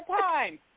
time